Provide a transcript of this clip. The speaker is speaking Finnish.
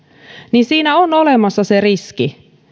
niin siinä on olemassa se riski